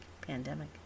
pandemic